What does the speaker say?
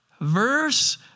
Verse